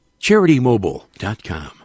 CharityMobile.com